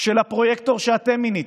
של הפרויקטור שאתם מיניתם,